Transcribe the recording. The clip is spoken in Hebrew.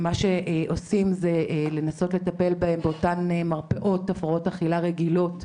מה שעושים זה לנסות לטפל בהם באותן מרפאות להפרעות אכילה רגילות,